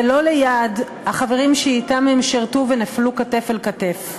ולא ליד החברים שאתם הם שירתו ונפלו כתף אל כתף.